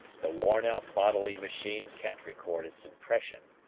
the worn-out bodily machine can't record its impression,